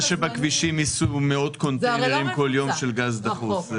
כי לא תרצה שבכבישים ייסעו מאות קונטיינרים של גז דחוס כל יום.